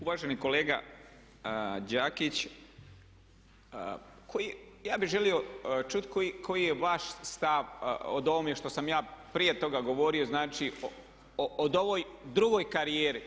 Uvaženi kolega Đakić, ja bih želio čut koji je vaš stav o ovome što sam ja prije toga govorio, znači o ovoj drugoj karijeri.